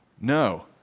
no